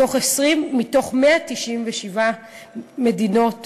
מתוך 197 מדינות